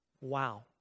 Wow